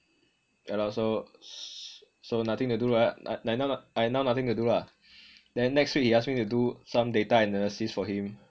yah lor so so nothing to do lah I now I now nothing to do lah then next week he ask me to do some data analysis for him